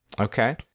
okay